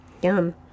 Yum